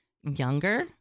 younger